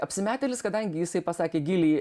apsimetėlis kadangi jisai pasakė gili